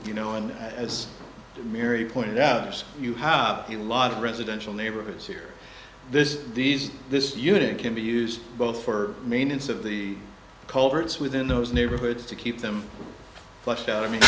you know and as mary pointed out you have a lot of residential neighborhoods here this is these this unit can be used both for maintenance of the culverts within those neighborhoods to keep them flushed out i mean